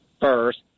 first